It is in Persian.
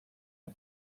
بهش